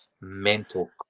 mental